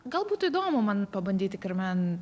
gal būtų įdomu man pabandyti karmen